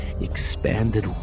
expanded